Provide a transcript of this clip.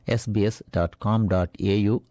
sbs.com.au